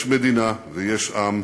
יש מדינה ויש עם,